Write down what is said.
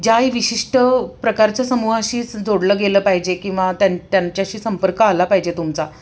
ज्याही विशिष्ट प्रकारच्या समूहाशी जोडलं गेलं पाहिजे किंवा त्यां त्यांच्याशी संपर्क आला पाहिजे तुमचा